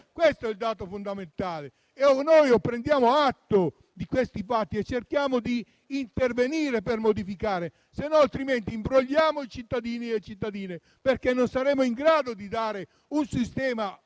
spezzettata in venti Regioni. O prendiamo atto di questi fatti e cerchiamo di intervenire per modificare, oppure imbrogliamo i cittadini e le cittadine, perché non saremo in grado di dare un sistema